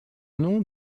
nom